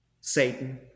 Satan